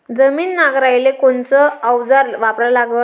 जमीन नांगराले कोनचं अवजार वापरा लागन?